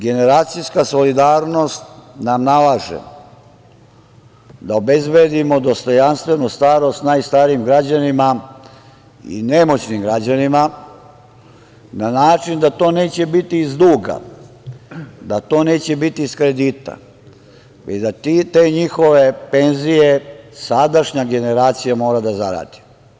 Generacijska solidarnost nam nalaže da obezbedimo dostojanstvenu starost najstarijim građanima, i nemoćnim građanima, na način da to neće biti iz duga, da to neće biti iz kredita, već da te njihove penzije sadašnja generacija mora da zaradi.